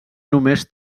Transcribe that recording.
només